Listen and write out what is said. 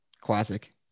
Classic